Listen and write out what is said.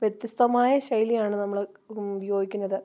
വ്യത്യസ്തമായ ശൈലിയാണ് നമ്മൾ ഉപയോഗിക്കുന്നത്